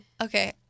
okay